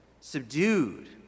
subdued